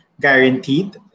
guaranteed